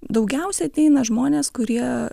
daugiausia ateina žmonės kurie